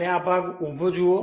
અને આ ભાગ ઊભો જુઓ